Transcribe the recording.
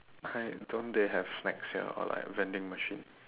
I don't they have snacks here or like vending machine